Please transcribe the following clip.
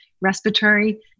respiratory